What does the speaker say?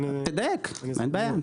תדייק, אין בעיה.